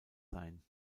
sein